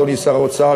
אדוני שר האוצר,